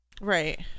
Right